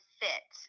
fit